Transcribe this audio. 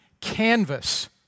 canvas